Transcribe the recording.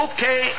Okay